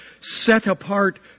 set-apart